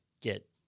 get